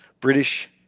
British